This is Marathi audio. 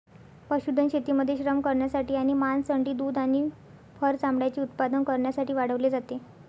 पशुधन शेतीमध्ये श्रम करण्यासाठी आणि मांस, अंडी, दूध आणि फर चामड्याचे उत्पादन करण्यासाठी वाढवले जाते